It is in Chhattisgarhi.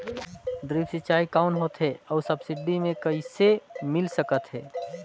ड्रिप सिंचाई कौन होथे अउ सब्सिडी मे कइसे मिल सकत हे?